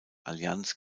allianz